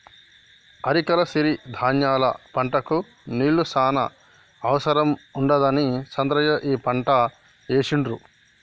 అరికల సిరి ధాన్యాల పంటకు నీళ్లు చాన అవసరం ఉండదని చంద్రయ్య ఈ పంట ఏశిండు